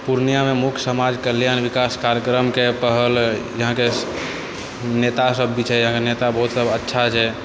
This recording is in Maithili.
पूर्णियामे मुख्य समाज कल्याण विकास कार्यक्रमके पहल यहाँके नेता सब भी छै यहाँके नेता बहुत सब अच्छा छै